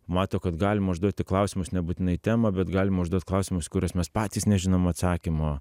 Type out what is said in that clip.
mato kad galima užduoti klausimus nebūtinai į temą bet galima užduot klausimus į kuriuos mes patys nežinom atsakymo